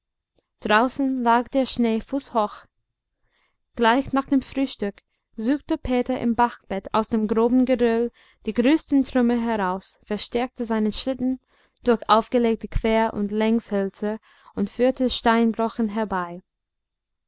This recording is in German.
draußen lag der schnee fußhoch gleich nach dem frühstück suchte peter im bachbett aus dem groben geröll die größten trümmer heraus verstärkte seinen schlitten durch aufgelegte quer und längshölzer und führte steinbrocken herbei